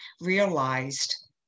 realized